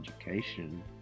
education